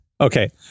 Okay